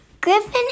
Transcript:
Griffin